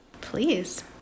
Please